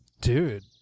Dude